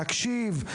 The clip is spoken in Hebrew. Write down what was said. להקשיב,